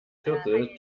viertel